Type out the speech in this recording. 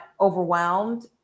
overwhelmed